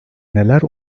neler